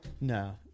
No